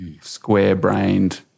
square-brained